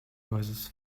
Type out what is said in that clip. verses